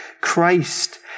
Christ